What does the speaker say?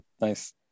nice